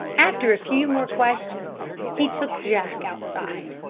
after a few more questions he took jack outside.